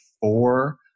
four